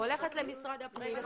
הולכת למשרד הבריאות,